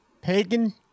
Pagan